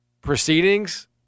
proceedings